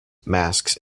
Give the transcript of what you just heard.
masks